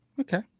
Okay